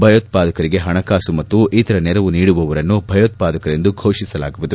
ಭಯೋತ್ವಾದಕರಿಗೆ ಹಣಕಾಸು ಮತ್ತು ಇತರ ನೆರವು ನೀಡುವವರನ್ನೂ ಭಯೋತ್ವಾದಕರೆಂದು ಘೋಷಿಸಲಾಗುವುದು